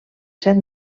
set